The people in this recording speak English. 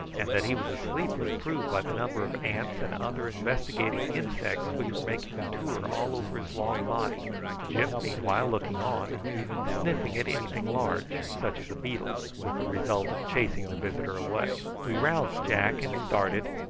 and that he was asleep was proved by the number of ants and other investigating insects which were making a tour all over his long body gyp meanwhile looking on, and sniffing at anything large such as a beetle, with the result of chasing the visitor away. we roused jack and started,